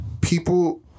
People